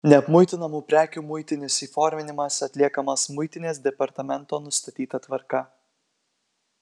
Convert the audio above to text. neapmuitinamų prekių muitinis įforminimas atliekamas muitinės departamento nustatyta tvarka